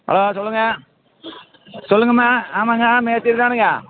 hello சொல்லுங்க சொல்லுங்கம்மா ஆமாங்க மேஸ்திரிதானுங்க